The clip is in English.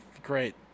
great